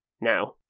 Now